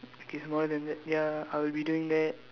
okay smaller than that ya I will be doing that